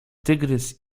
tygrys